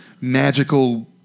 magical